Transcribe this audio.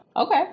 Okay